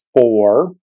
four